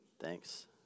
Thanks